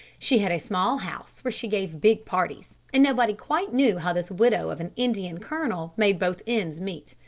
she had a small house where she gave big parties, and nobody quite knew how this widow of an indian colonel made both ends meet.